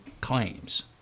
claims